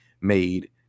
made